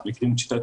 שיטת